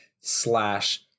slash